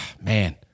Man